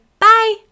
Bye